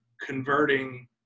converting